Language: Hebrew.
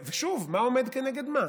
שוב, מה עומד כנגד מה?